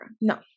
No